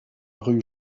rue